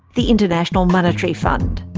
the international monetary fund.